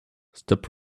step